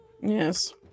Yes